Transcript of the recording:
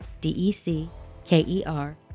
d-e-c-k-e-r